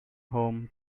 home